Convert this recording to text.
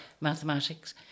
mathematics